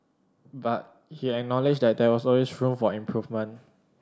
but he acknowledged that there is always room for improvement